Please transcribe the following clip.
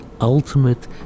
ultimate